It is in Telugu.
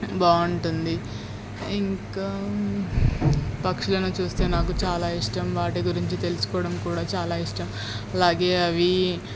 బాగుంటుంది ఇంకా పక్షులను చూస్తే నాకు చాలా ఇష్టం వాటి గురించి తెలుసుకోవడం కూడా చాలా ఇష్టం అలాగే అవి